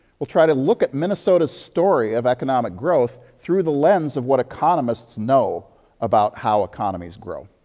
weill try to look at minnesotais story of economic growth through the lens of what economists know about how economies grow.